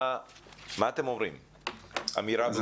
מה אתם אומרים עליה?